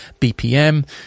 BPM